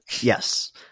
Yes